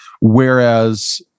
whereas